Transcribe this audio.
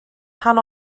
pan